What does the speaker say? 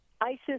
ISIS